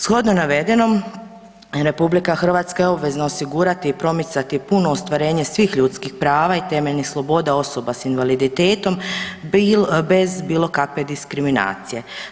Shodno navedenom RH je obvezna osigurati i promicati puno ostvarenje svih ljudskih prava i temeljnih sloboda osoba s invaliditetom bez bilo kakve diskriminacije.